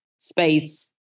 Space